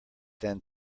than